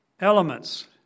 Elements